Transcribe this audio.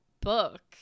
book